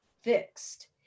fixed